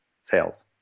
sales